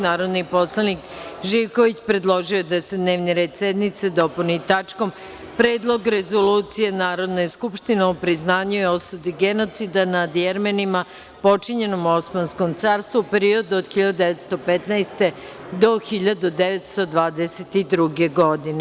Narodni poslanik Zoran Živković predložio je da se dnevni red sednice dopuni tačkom – Predlog rezolucije Narodne skupštine o priznanju i osudi genocida nad Jermenima počinjenom u Osmanskom carstvu u periodu od 1915. do 1922. godine.